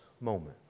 moment